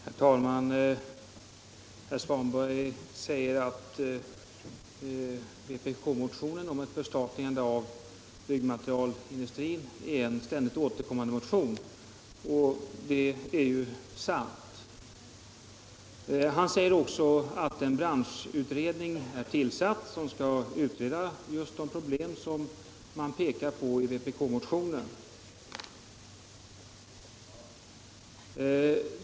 Herr talman! Herr Svanberg säger att vpk-motionen om ett förstatligande av byggnadsmaterialindustrin är en ständigt återkommande motion, och det är sant. Han säger också att en branschutredning är tillsatt som skulle utreda just de problem som vi pekar på i vpk-motionen.